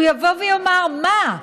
בה, הוא יבוא ויאמר: מה,